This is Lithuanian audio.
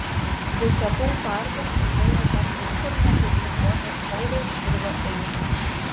dusetų parke skambėjo dar niekur nepublikuotos pauliaus širvio eilės